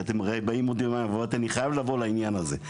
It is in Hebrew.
כי הרי אתם באים עוד יומיים אבל אמרתי שאני חייב לבוא לעניין הזה.